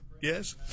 Yes